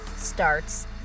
starts